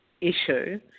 Issue